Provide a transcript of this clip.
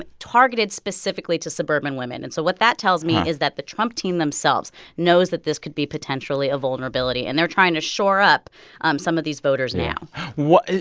ah targeted specifically to suburban women. and so what that tells me is that the trump team themselves knows that this could be potentially a vulnerability, and they're trying to shore up um some of these voters now yeah.